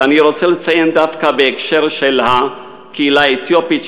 ואני רוצה לציין דווקא בהקשר של הקהילה האתיופית,